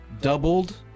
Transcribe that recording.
doubled